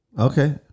Okay